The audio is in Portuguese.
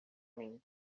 mim